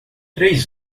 três